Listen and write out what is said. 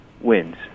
wins